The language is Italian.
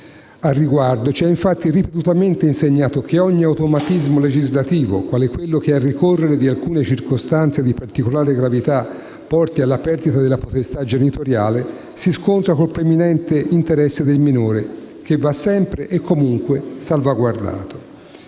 al riguardo ci ha infatti ripetutamente insegnato che ogni automatismo legislativo, quale quello che al ricorrere di alcune circostanze di particolare gravità porti alla perdita della potestà genitoriale, si scontra col preminente interesse del minore, che va sempre e comunque salvaguardato.